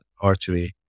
artery